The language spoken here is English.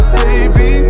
baby